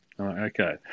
Okay